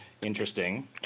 Interesting